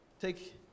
take